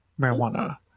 marijuana